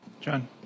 John